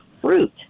fruit